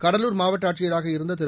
கடலூர் மாவட்ட ஆட்சியராக இருந்த திரு